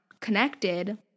connected